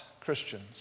Christians